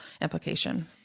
implication